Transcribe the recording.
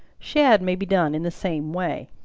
shad may be done in the same way.